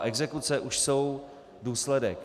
Exekuce už jsou důsledek.